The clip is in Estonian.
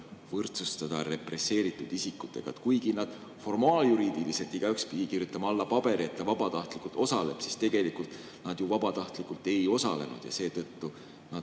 võrdsustada represseeritud isikutega? Kuigi formaaljuriidiliselt pidi igaüks kirjutama alla paberile, et ta vabatahtlikult osaleb, siis tegelikult nad ju vabatahtlikult ei osalenud, seetõttu nad